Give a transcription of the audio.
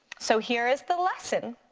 so here is the lesson,